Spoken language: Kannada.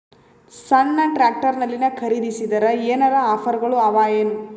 ಸಣ್ಣ ಟ್ರ್ಯಾಕ್ಟರ್ನಲ್ಲಿನ ಖರದಿಸಿದರ ಏನರ ಆಫರ್ ಗಳು ಅವಾಯೇನು?